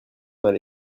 aller